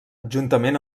juntament